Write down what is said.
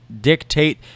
dictate